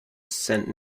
saint